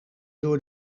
door